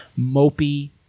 mopey